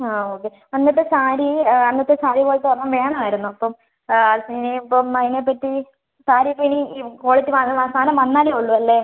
ആ ഓക്കെ അന്നത്തെ സാരി അന്നത്തെ സാരി പോലത്തെ ഒരെണ്ണം വേണമായിരുന്നു അപ്പം ഇനി ഇപ്പം അതിനെ പറ്റി സാരി ഇപ്പോൾ ഇനി ഈ ക്വാളിറ്റി സാധനം വന്നാലെ ഉള്ളൂ അല്ലേ